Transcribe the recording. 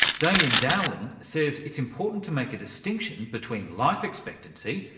damian dowling says it's important to make a distinction between life expectancy,